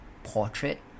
portrait